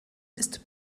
ist